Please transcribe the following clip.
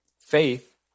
faith